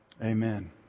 Amen